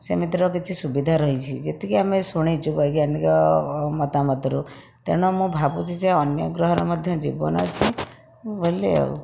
ସେମିତିର କିଛି ସୁବିଧା ରହିଛି ଯେତିକି ଆମେ ଶୁଣିଛୁ ବୈଜ୍ଞାନିକ ମତାମତରୁ ତେଣୁ ମୁଁ ଭାବୁଛି ଯେ ଅନ୍ୟଗ୍ରହର ମଧ୍ୟ ଜୀବନ ଅଛି ବୋଲି ଆଉ